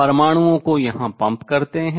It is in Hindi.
परमाणुओं को यहाँ पंप करते हैं